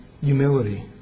humility